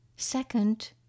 Second